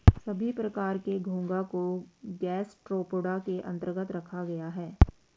सभी प्रकार के घोंघा को गैस्ट्रोपोडा के अन्तर्गत रखा गया है